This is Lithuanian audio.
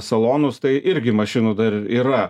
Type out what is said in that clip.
salonus tai irgi mašinų dar yra